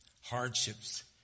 hardships